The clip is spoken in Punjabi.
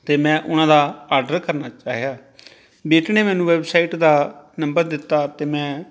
ਅਤੇ ਮੈਂ ਉਹਨਾਂ ਦਾ ਆਡਰ ਕਰਨਾ ਚਾਹਿਆ ਬੇਟੀ ਨੇ ਮੈਨੂੰ ਵੈਬਸਾਈਟ ਦਾ ਨੰਬਰ ਦਿੱਤਾ ਅਤੇ ਮੈਂ